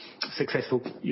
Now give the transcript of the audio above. successful